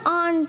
on